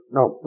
no